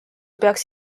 peaks